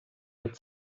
red